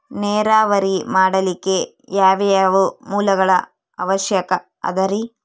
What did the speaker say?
ನೇರಾವರಿ ಮಾಡಲಿಕ್ಕೆ ಯಾವ್ಯಾವ ಮೂಲಗಳ ಅವಶ್ಯಕ ಅದರಿ?